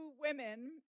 women